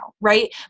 Right